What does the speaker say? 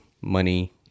money